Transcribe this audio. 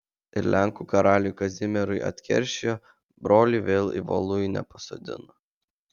ir lenkų karaliui kazimierui atkeršijo brolį vėl į voluinę pasodino